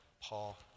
Paul